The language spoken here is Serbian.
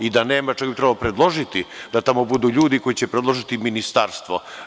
I da nema, čak bi trebalo predložiti da tamo budu ljudi koji će predložiti ministarstvo.